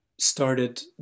started